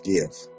Give